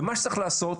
מה שצריך לעשות,